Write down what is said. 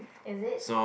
is it